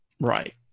right